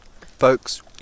Folks